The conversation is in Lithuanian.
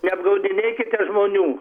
neapgaudinėkite žmonių